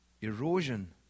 erosion